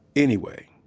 anyway,